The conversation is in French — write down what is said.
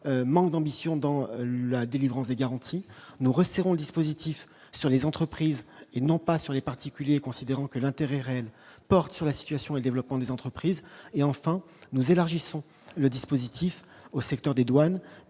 manque d'ambition dans la délivrance des garanties nous retirons le dispositif sur les entreprises et non pas sur les particuliers, considérant que l'intérêt réel porte sur la situation et développement des entreprises et enfin nous élargissons le dispositif au secteur des douanes,